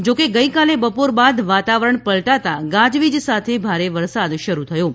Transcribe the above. જો કે ગઇકાલે બપોર બાદ વાતાવરણ પલટાતા ગાજવીજ સાથે ભારે વરસાદ શરૂ થયો હતો